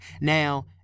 Now